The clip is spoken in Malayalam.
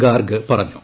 ഗാർഗ് പറഞ്ഞു